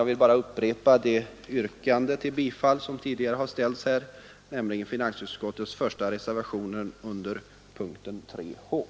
Jag vill bara upprepa det yrkande som tidigare ställts här om bifall till reservationen 1, i vad